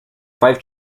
five